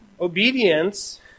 Obedience